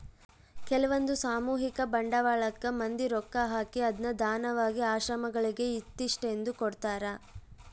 ಕೆಲ್ವಂದು ಸಾಮೂಹಿಕ ಬಂಡವಾಳಕ್ಕ ಮಂದಿ ರೊಕ್ಕ ಹಾಕಿ ಅದ್ನ ದಾನವಾಗಿ ಆಶ್ರಮಗಳಿಗೆ ಇಂತಿಸ್ಟೆಂದು ಕೊಡ್ತರಾ